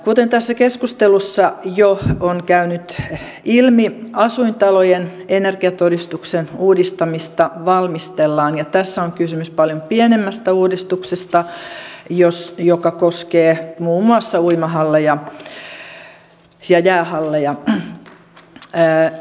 kuten tässä keskustelussa jo on käynyt ilmi asuintalojen energiatodistuksen uudistamista valmistellaan ja tässä on kysymys paljon pienemmästä uudistuksesta joka koskee muun muassa uimahalleja ja jäähalleja